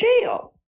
jail